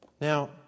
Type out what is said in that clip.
Now